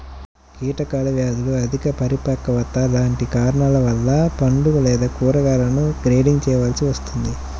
కీటకాలు, వ్యాధులు, అధిక పరిపక్వత లాంటి కారణాల వలన పండ్లు లేదా కూరగాయలను గ్రేడింగ్ చేయవలసి వస్తుంది